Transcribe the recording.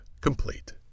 complete